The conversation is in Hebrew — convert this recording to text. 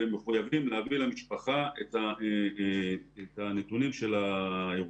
ומחויבים להעביר למשפחה את הנתונים של האירוע.